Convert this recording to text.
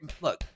Look